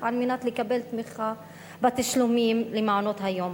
על מנת לקבל תמיכה בתשלומים למעונות-היום.